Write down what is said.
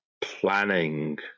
planning